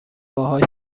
باهاش